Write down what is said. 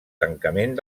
tancament